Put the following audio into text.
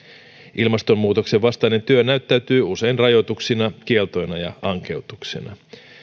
ilmastonmuutoksen vastainen työ näyttäytyy usein rajoituksina kieltoina ja ankeutuksena